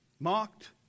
Mocked